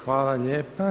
Hvala lijepa.